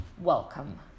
welcome